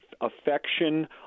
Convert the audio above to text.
affection